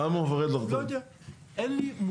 למה הוא מפחד לחתום?